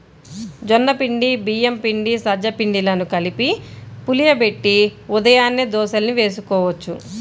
జొన్న పిండి, బియ్యం పిండి, సజ్జ పిండిలను కలిపి పులియబెట్టి ఉదయాన్నే దోశల్ని వేసుకోవచ్చు